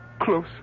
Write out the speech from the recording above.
close